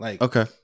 Okay